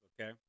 okay